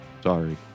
Sorry